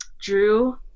Drew